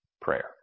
prayer